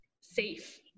safe